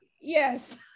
yes